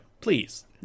please